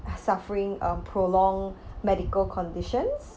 suffering a prolonged medical conditions